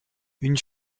une